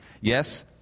Yes